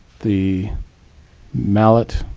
the mallet,